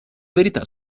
verità